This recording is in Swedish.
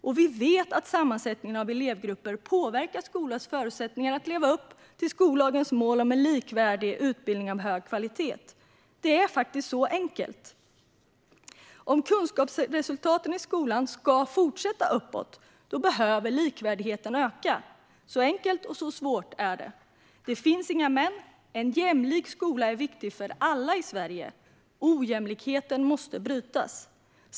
Och vi vet att sammansättningen av elevgrupper påverkar skolornas förutsättningar att leva upp till skollagens mål om en likvärdig utbildning av hög kvalitet. Det är faktiskt så här enkelt: Om kunskapsresultaten i skolan ska fortsätta uppåt behöver likvärdigheten öka. Så enkelt och samtidigt så svårt är det. Det finns inga men. En jämlik skola är viktig för alla i Sverige. Ojämlikheten måste brytas.